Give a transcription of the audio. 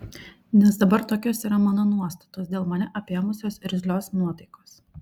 nes dabar tokios yra mano nuostatos dėl mane apėmusios irzlios nuotaikos